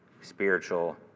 spiritual